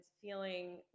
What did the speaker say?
feeling